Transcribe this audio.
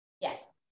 Yes